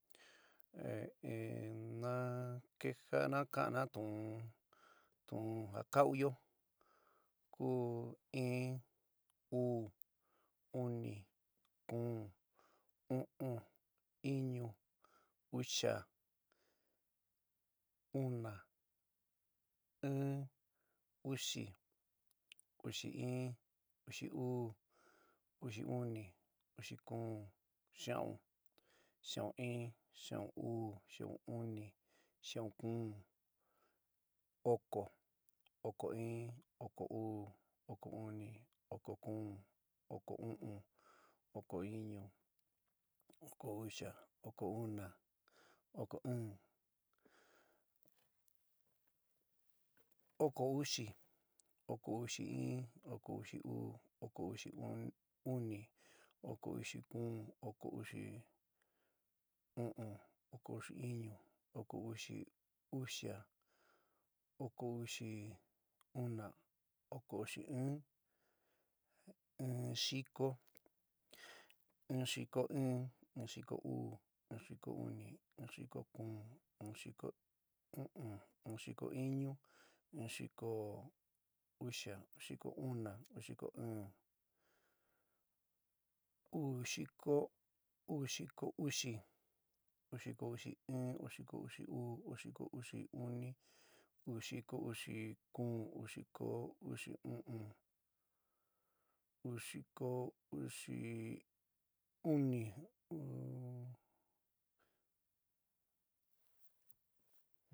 Na ke ja'ana ka'ana tu'un ja ka'uyo ku: in, uu, uni, kuún, u'un. iñu. uxa, una, ɨɨn. uxi, uxi in. uxi uú. uxi uni, uxi kuún, xia'un, xiaún in, xiaún uú, xiaún uni, xiaún kuún, oko, oko in, oko uú, oko uni, oko kuún, oko u'un, oko iñu, oko uxia. oko una, oko ɨɨn. oko uxi, oko uxɨ in, oko uxɨ uú, oko uxi uni. oko uxi kuún, oko uxi u'un, oko uxi iñu oko uxi uxia, oko uxi una. oko uxi ɨn, in xiko in, in xiko uú, in xiko uni. in xiko kuún, in xiko u'ún, in xiko iñu. in xiko uxa. in xiko una. in xiko ɨɨn, uu xiko uxi. uu xiko uxi in, uu xiko uxi uú. uú xiko uxi uni. uu xiko uxi kuún. uu xiko uxi u'ún. uu xiko uxi uni.